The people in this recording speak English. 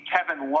Kevin